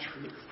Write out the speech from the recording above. truth